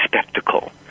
spectacle